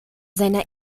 seiner